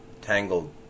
tangled